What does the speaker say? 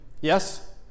Yes